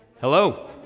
Hello